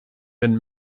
been